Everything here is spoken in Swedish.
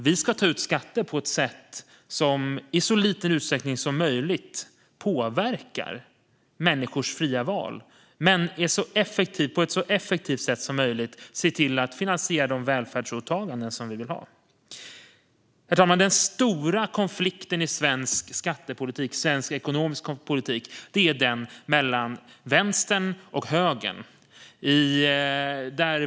Vi ska ta ut skatter på ett sätt som i så liten utsträckning som möjligt påverkar människors fria val men som på ett så effektivt sätt som möjligt ser till att finansiera de välfärdsåtaganden som vi vill ha. Herr talman! Den stora konflikten i svensk skattepolitik och svensk ekonomisk politik är den mellan vänstern och högern.